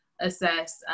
assess